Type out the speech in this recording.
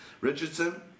Richardson